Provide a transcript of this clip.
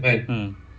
mm